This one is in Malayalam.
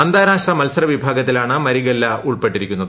അന്താരാഷ്ട്ര മത്സര വിഭാഗത്തിലാണ് മ്രിഗെല്ല ഉൾപ്പെട്ടിരിക്കുന്നത്